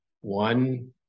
one